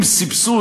עם סבסוד,